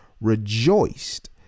rejoiced